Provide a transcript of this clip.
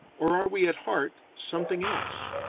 or are we at heart something else?